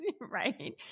right